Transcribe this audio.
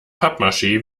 pappmaschee